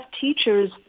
teachers